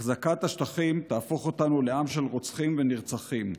החזקת השטחים תהפוך אותנו לעם של רוצחים ונרצחים.